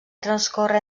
transcórrer